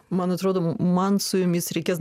man atrodo man su jumis reikės